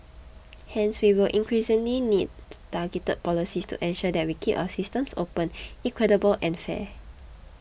hence we will increasingly need targeted policies to ensure that we keep our systems open equitable and fair